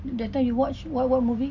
that time you watch what what movie